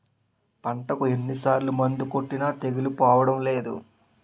పంటకు ఎన్ని సార్లు మందులు కొట్టినా తెగులు పోవడం లేదు